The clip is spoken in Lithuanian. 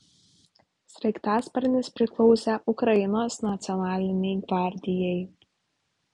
sraigtasparnis priklausė ukrainos nacionalinei gvardijai